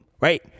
right